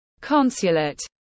consulate